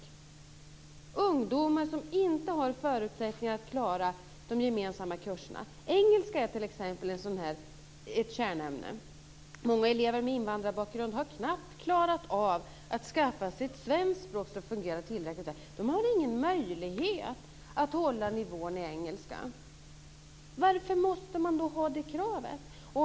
Det är ungdomar som inte har förutsättningar att klara de gemensamma kurserna. Engelska är t.ex. ett kärnämne. Många elever med invandrarbakgrund har knappt klarat av att skaffa sig ett svenskt språk som fungerar tillräckligt väl. De har ingen möjlighet att hålla nivån i engelskan. Varför måste man då ha det kravet?